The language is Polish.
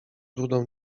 rudą